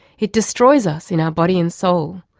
it destroys us in our body and soul.